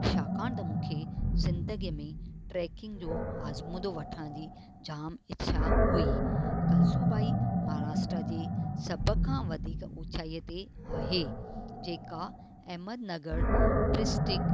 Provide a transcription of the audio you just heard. छाकाणि त मूंखे ज़िंदगीअ में ट्रेकिंग जो आज़मूदो वठण जी जाम इच्छा हुई कलसूबाई महाराष्ट्र जी सभु खां वधीक ऊंचाईअ ते आहे जेका अहेमदनगर डिस्ट्रिक